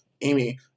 Amy